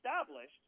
established